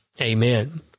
Amen